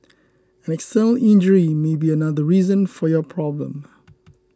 an external injury may be another reason for your problem